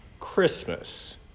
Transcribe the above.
Christmas